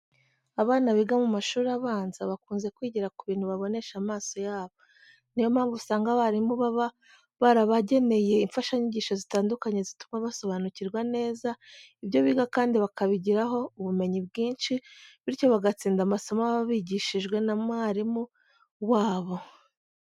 Abana biga mu mashuri abanza bakunze kwigira ku bintu babonesha amaso yabo. Niyo mpamvu usanga abarimu baba barabageneye imfashanyigisho zitandukanye zituma basobanukirwa neza ibyo biga kandi bakabigiraho ubumenyi bwinshi bityo bagatsinda amasomo baba bigishijwe n'amarimu wabo.